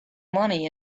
money